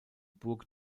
burg